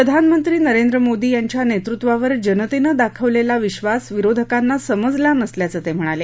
प्रधानमंत्री नरेंद्र मोदी यांच्या नेतृत्वावर जनतेनं दाखवलेला विक्षास विरोधकांना समजला नसल्याचं ते म्हणाले